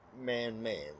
man-man